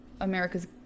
America's